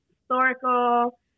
historical